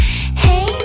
Hey